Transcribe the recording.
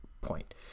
point